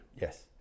yes